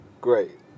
great